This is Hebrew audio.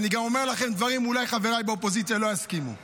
אני גם אומר לכם דברים שאולי חבריי באופוזיציה לא יסכימו להם,